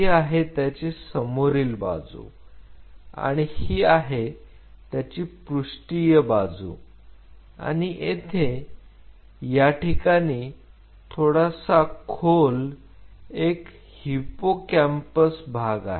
ही आहे त्याची समोरील बाजू आणि ही आहे त्याची पृष्ठीय बाजू आणि येथे याठिकाणी थोडासा खोल एक हिपोकॅम्पस भाग आहे